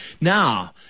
Now